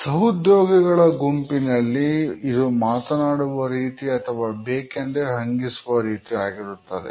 ಸಹೋದ್ಯೋಗಿಗಳ ಗುಂಪಿನಲ್ಲಿ ಇದು ಮಾತನಾಡುವ ರೀತಿ ಅಥವಾ ಬೇಕೆಂದೇ ಹಂಗಿಸುವ ರೀತಿ ಆಗಿರುತ್ತದೆ